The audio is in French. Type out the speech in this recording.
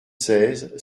seize